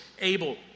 Abel